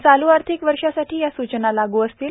चालू आर्थिक वर्षासाठी या सूचना लागू असतील